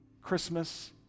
Christmas